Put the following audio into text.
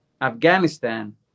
Afghanistan